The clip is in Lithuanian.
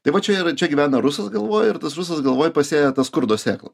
tai va čia yra čia gyvena rusas galvoj ir tas rusas galvoj pasėja tą skurdo sėklą